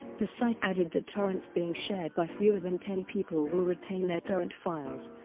the site added that torrents being shared by fewer than ten people will retain their torrent files,